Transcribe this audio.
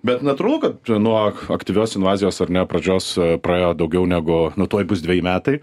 bet netrūkat nuo aktyvios invazijos ar ne pradžios praėjo daugiau negu nuo tuoj bus dveji metai